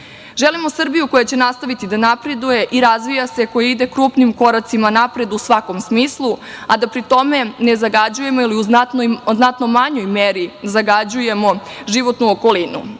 nas. Želimo Srbiju koja će nastaviti da napreduje i razvija se, koja ide krupnim koracima napred u svakom smislu, a da pri tome ne zagađujemo ili u znatno manjoj meri zagađujemo životnu okolinu.